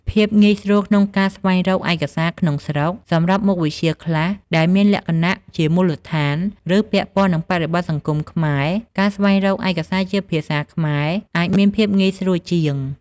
ភាពងាយស្រួលក្នុងការស្វែងរកឯកសារក្នុងស្រុក សម្រាប់មុខវិជ្ជាខ្លះដែលមានលក្ខណៈជាមូលដ្ឋាន ឬពាក់ព័ន្ធនឹងបរិបទសង្គមខ្មែរ ការស្វែងរកឯកសារជាភាសាខ្មែរអាចមានភាពងាយស្រួលជាង។